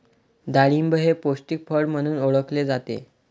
डाळिंब हे पौष्टिक फळ म्हणून ओळखले जाते